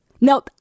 Now